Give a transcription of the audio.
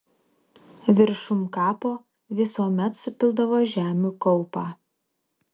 viršum kapo visuomet supildavo žemių kaupą